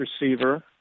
receiver